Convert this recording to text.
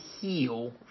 heal